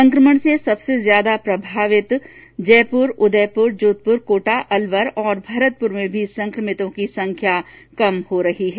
संकमण से सबसे ज्यादा प्रभावित जयपुर उदयपुर जोधपुर कोटा अलवर और भरतपुर में भी संक्रमितों की संख्या कम हो रही है